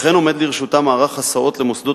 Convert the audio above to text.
וכן עומד לרשותם מערך הסעות למוסדות